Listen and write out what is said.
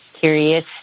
curious